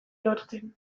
lortzen